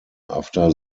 after